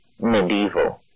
medieval